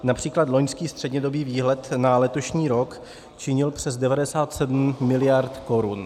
Například loňský střednědobý výhled na letošní rok činil přes 97 mld. korun.